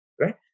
Right